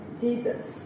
Jesus